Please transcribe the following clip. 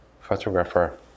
photographer